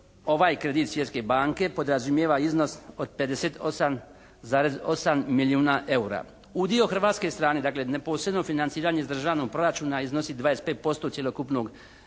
ovaj kredit Svjetske banke podrazumijeva iznos od 58,8 milijuna eura. Udio hrvatske strane, dakle neposredno financiranje iz državnog proračuna iznosi 25% cjelokupnog